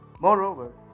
Moreover